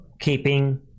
keeping